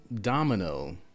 Domino